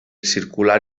circular